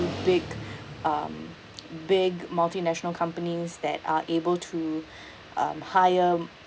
big um big multinational companies that are able to um hire